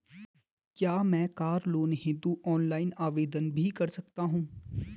क्या मैं car loan हेतु ऑनलाइन आवेदन भी कर सकता हूँ?